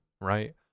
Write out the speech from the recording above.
right